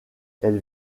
elle